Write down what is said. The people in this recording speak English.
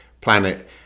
planet